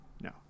no